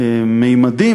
ממדים,